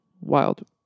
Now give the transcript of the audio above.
wild